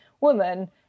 woman